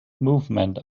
movement